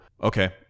Okay